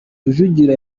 rujugiro